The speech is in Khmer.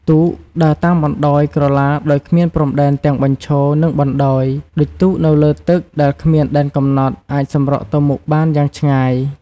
ទូក ដើរតាមបណ្តោយក្រឡាដោយគ្មានព្រំដែនទាំងបញ្ឈរ និងបណ្តាយ ដូចទូកនៅលើទឹកដែលគ្មានដែនកំណត់ អាចសម្រុកទៅមុខបានយ៉ាងឆ្ងាយ។